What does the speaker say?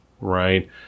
right